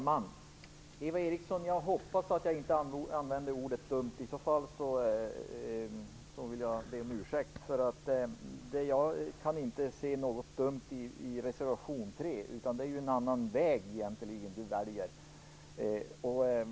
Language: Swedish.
Herr talman! Jag hoppas att jag inte använde ordet "dumt", Eva Eriksson - i så fall vill jag be om ursäkt. Jag kan inte se något dumt i reservation 3, där Eva Eriksson anvisar en annan väg.